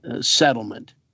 settlement